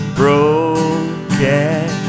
broken